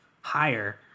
higher